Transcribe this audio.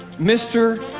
mr.